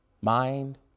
mind